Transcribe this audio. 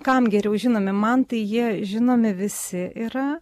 kam geriau žinomi man tai jie žinomi visi yra